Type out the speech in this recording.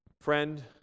Friend